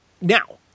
Now